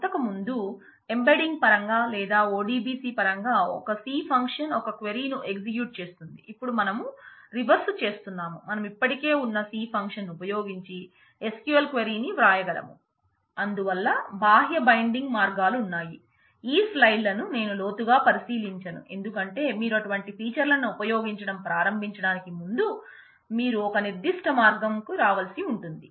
అందువల్ల బాహ్య బైండింగ్ మార్గాలు న్నాయి ఈ స్లైడ్ లను నేను లోతుగా పరిశీలించను ఎందుకంటే మీరు అటువంటి ఫీచర్లను ఉపయోగించడం ప్రారంభించడానికి ముందు మీరు ఒక నిర్ధిష్ట మార్గం రావాల్సి ఉంటుంది